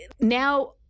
now –